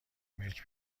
ملک